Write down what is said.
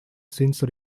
since